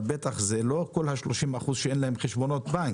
אבל בטח זה לא כל ה-30% שאין להם חשבונות בנק.